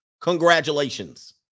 Congratulations